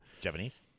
Japanese